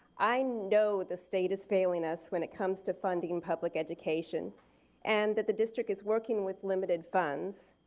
i know the state is failing us when it comes to funding public education and that the district is working with limited funds,